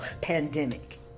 pandemic